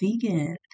vegan